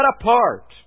apart